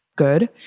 good